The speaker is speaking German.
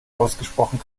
ausgesprochen